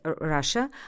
Russia